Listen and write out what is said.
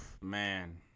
Man